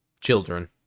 children